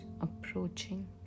approaching